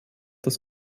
das